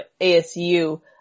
ASU